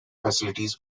facilities